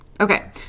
Okay